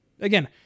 Again